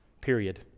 period